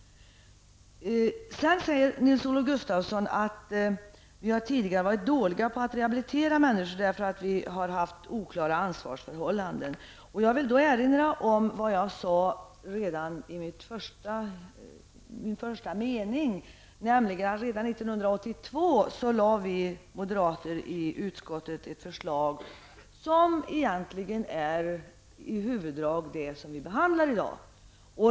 Nils-Olof Gustafsson sade att vi tidigare har varit dåliga på att rehabilitera människor eftersom vi har haft oklara ansvarsförhållanden. Jag vill erinra om vad jag sade i första meningen i mitt inlägg, nämligen att redan år 1982 lade vi moderater i utskottet fram ett förslag som i huvuddrag är det som vi nu behandlar.